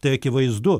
tai akivaizdu